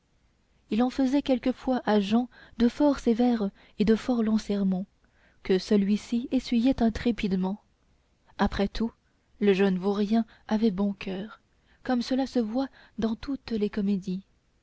il en faisait quelquefois à jehan de fort sévères et de fort longs sermons que celui-ci essuyait intrépidement après tout le jeune vaurien avait bon coeur comme cela se voit dans toutes les comédies